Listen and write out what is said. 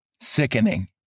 sickening